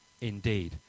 indeed